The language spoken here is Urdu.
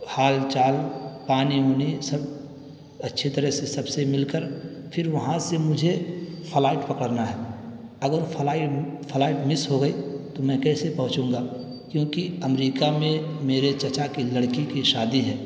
حال چال پانی وانی سب اچھی طرح سے سب سے مل کر پھر وہاں سے مجھے فلائٹ پکڑنا ہے اگر فلائٹ فلائٹ مس ہو گئی تو میں کیسے پہنچوں گا کیونکہ امریکہ میں میرے چچا کے لڑکی کی شادی ہے